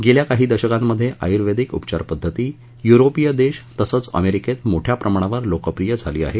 गेल्या काही दशकांमधे आयुर्वेदिक उपचार पद्धती युरोपीय देश तसेच अमेरीकेत मोठ्या प्रमाणावर लोकप्रिय झाली आहे